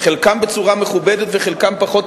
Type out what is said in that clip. חלקם בצורה מכובדת וחלקם פחות,